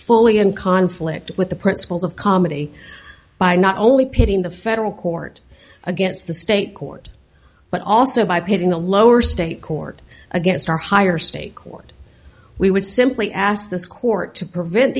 fully in conflict with the principles of comedy by not only pitting the federal court against the state court but also by putting a lower state court against our higher state court we would simply ask this court to prevent